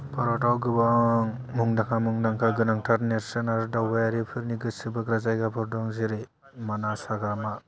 भारतआव गोबां मुंदांखा मुंदांखा गोबांथार नेर्सोन आरो दावबायारिफोरनि गोसो बोग्रा जायगाफोर दङ जेरै मानास हाग्रामा